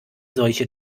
solche